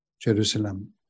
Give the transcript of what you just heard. Jerusalem